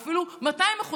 ואפילו 200%,